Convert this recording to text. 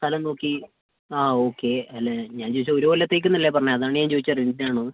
സ്ഥലം നോക്കി ആ ഓക്കെ അല്ല ഞാൻ ചോദിച്ചത് ഒരു കൊല്ലത്തേക്കെന്ന് അല്ലേ പറഞ്ഞത് അതാണ് ഞാൻ ചോദിച്ചത് റെന്റിന് ആണോ എന്ന്